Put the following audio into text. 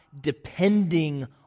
depending